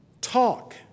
talk